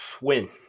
Win